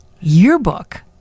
yearbook